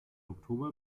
oktober